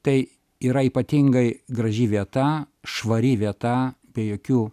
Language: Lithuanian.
tai yra ypatingai graži vieta švari vieta be jokių